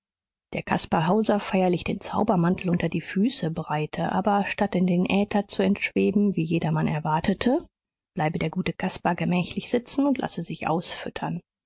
der caspar hauser feierlich den zaubermantel unter die füße breite aber statt in den äther zu entschweben wie jedermann erwarte bleibe der gute caspar gemächlich sitzen und lasse sich ausfüttern